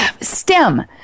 STEM